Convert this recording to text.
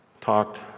talked